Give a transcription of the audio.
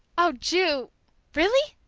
oh, ju really!